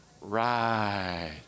Right